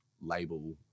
label